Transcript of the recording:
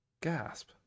gasp